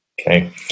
okay